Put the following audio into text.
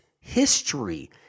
history